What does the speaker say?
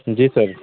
जी sir